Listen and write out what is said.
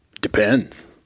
Depends